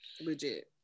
legit